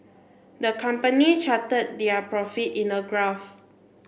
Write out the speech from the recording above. the company charted their profits in a graph